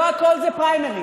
לא הכול זה פריימריז.